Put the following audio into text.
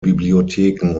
bibliotheken